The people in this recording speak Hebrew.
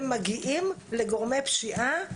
הם מגיעים לגורמי פשיעה".